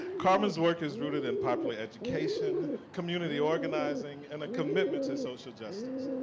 carmen's work is rooted in popular education, community organizing and a commitment to social justice.